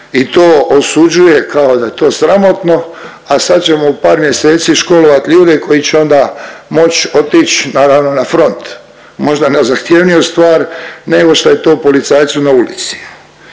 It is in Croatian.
i to osuđuje kao da je to sramotno, a sad ćemo u par mjeseci školovat ljude koji će onda moć otić naravno na front, možda ne zahtjevniju stvar nego šta je to policajcu na ulici.